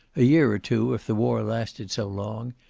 a year or two, if the war lasted so long,